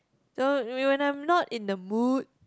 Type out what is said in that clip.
so whe~ when I'm not in the mood